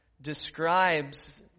describes